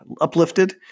uplifted